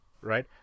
right